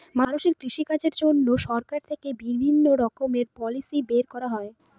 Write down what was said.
মানুষের কৃষিকাজের জন্য সরকার থেকে বিভিণ্ণ রকমের পলিসি বের করা হয়